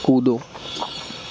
कूदो